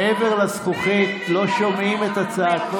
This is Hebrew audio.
מעבר לזכוכית לא שומעים את הצעקות.